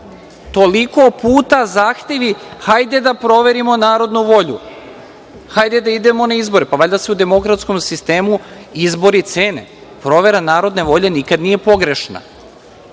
Toliko puta zahtevi – hajde da proverimo narodnu volju, hajde da idemo na izbore. Valjda se u demokratskom sistemu izbori cene. Provera narodne volje nikada nije pogrešna.